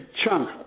chunk